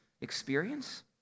experience